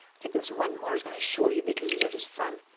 i think there's one more i was gonna show you, because these are just fun.